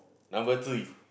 number three